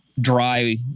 dry